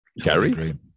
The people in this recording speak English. gary